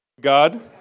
God